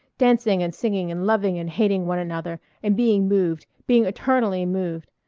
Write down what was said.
dancing and singing and loving and hating one another and being moved, being eternally moved.